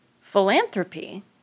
Philanthropy